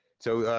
so,